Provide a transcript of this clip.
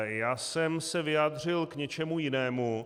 Já jsem se vyjádřil k něčemu jinému.